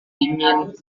dingin